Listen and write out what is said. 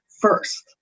first